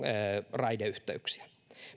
raideyhteyksiä